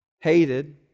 hated